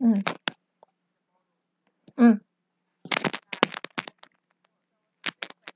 mm mm